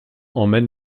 emmène